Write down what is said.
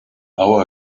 hour